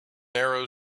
narrow